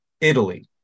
Italy